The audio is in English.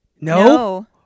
No